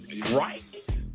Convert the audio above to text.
right